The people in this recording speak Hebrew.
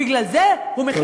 בגלל זה, תודה.